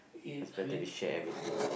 that's better we share everything